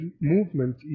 movement